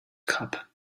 cup